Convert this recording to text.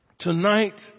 Tonight